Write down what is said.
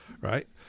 Right